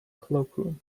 cloakroom